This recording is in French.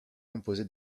composé